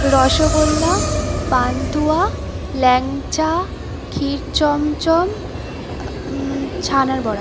রসগোল্লা পান্তুয়া ল্যাংচা ক্ষীর চমচম ছানার বড়া